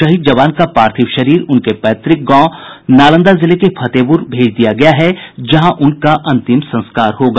शहीद जवान का पार्थिव शरीर उनके पैतृक निवास नालंदा जिले के फतेहपुर गांव भेज दिया गया है जहां उनका अंतिम संस्कार होगा